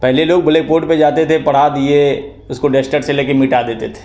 पहले लोग बलैकबोर्ड पर जाते थे पढ़ा दिए उसको डशटेर से ले कर मिटा देते थे